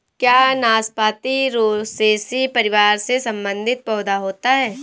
क्या नाशपाती रोसैसी परिवार से संबंधित पौधा होता है?